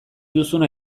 duzuna